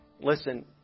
listen